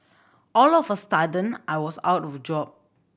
all of a sudden I was out of a job